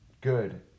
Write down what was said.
good